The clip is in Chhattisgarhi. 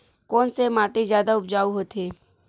कोन से माटी जादा उपजाऊ होथे?